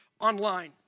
online